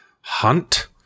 hunt